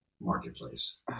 marketplace